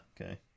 okay